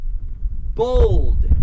Bold